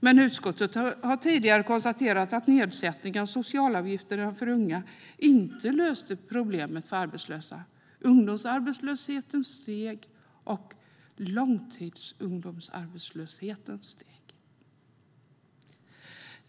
Men utskottet har tidigare konstaterat att nedsättningen av socialavgifter inte löste problemet med arbetslösheten för unga. Ungdomsarbetslösheten steg, och långtidsungdomsarbetslösheten steg.